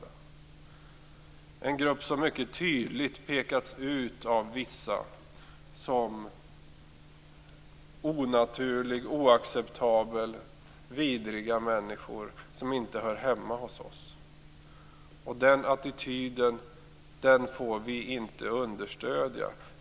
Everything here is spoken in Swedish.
Det är en grupp som mycket tydligt pekats ut av vissa som onaturlig, oacceptabel och vidrig. Man har sagt att det är människor som inte hör hemma hos oss. Den attityden får vi inte understödja.